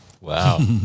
Wow